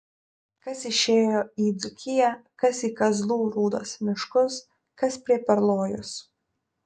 kas išėjo į dzūkiją kas į kazlų rūdos miškus kas prie perlojos